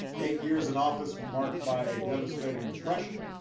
eight years in office marked by a devastating depression,